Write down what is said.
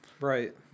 Right